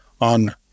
on